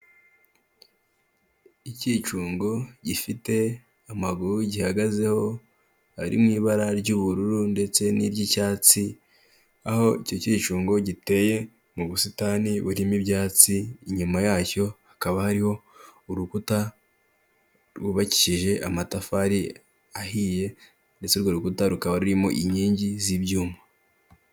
Ikicungo gifite amaguru gihagazeho ari mu'ibara ry'ubururu ndetse n'iry'icyatsi aho icyo kicungo giteye mu busitani burimo ibyatsi inyuma yacyo hakaba hariho urukuta rwubakije amatafari ahiye ndetse urwo rukuta rukaba rurimo inkingi z'ibyuma.